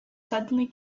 suddenly